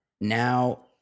now